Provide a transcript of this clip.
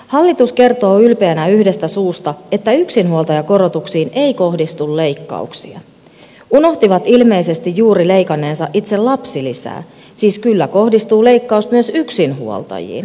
hallitus kertoo ylpeänä yhdestä suusta että yksinhuoltajakorotuksiin ei kohdistu leikkauksia unohtivat ilmeisesti juuri leikanneensa itse lapsilisää siis kyllä kohdistuu leikkaus myös yksinhuoltajiin